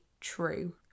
true